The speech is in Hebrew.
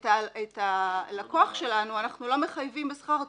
את הלקוח שלנו אנחנו לא מחייבים בשכר טרחה.